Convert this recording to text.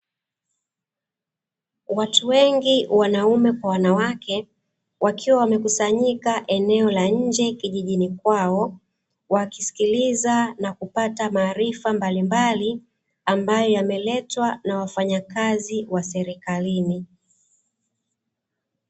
Watu wengi wanaume kwa wanawake, wakiwa wamekusanyika eneo la nje kijijini kwao, wakisikiliza na kupata maarifa mbalimbali, ambayo yameletwa na wafanyakazi wa serikalini.